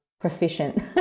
proficient